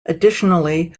additionally